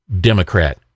Democrat